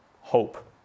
hope